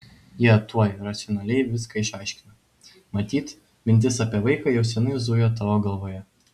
jie tuoj racionaliai viską išaiškina matyt mintis apie vaiką jau seniai zujo tavo galvoje